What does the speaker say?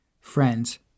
friends